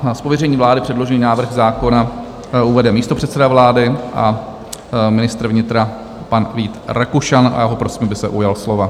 Z pověření vlády předložený návrh zákona uvede místopředseda vlády a ministr vnitra pan Vít Rakušan a já ho prosím, aby se ujal slova.